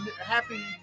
happy